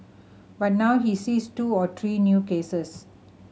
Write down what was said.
but now he sees two or three new cases